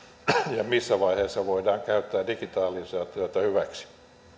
ja missä vaiheessa voidaan käyttää digitaalisaatiota hyväksi